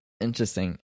Interesting